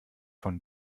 von